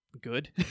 good